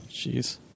jeez